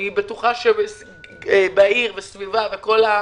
אני בטוחה שבעיר ומה שסביב העיר,